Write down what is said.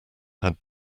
had